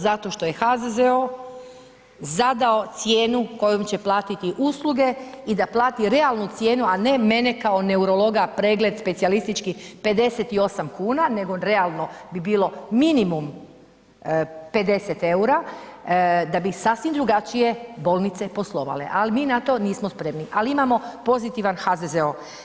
Zato što je HZZO zadao cijenu kojom će platiti usluge i da plati realnu cijenu a ne mene kao neurologa, pregled specijalistički 58 kn nego realno bi bilo minimum 50 eura, da bi sasvim drugačije bolnice poslovale ali mi na to nismo spremni ali imamo pozitivan HZZO.